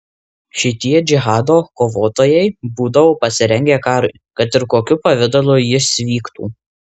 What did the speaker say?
šitie džihado kovotojai būdavo pasirengę karui kad ir kokiu pavidalu jis vyktų